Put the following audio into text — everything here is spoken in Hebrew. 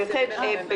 זה יוצא ביום